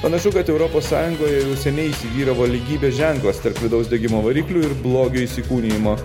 panašu kad europos sąjungoje jau seniai įsivyravo lygybės ženklas tarp vidaus degimo variklių ir blogio įsikūnijimo